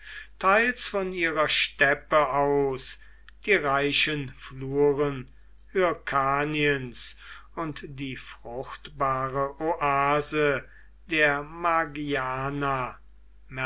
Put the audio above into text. teils von ihrer steppe aus die reichen fluren hyrkaniens und die fruchtbare oase der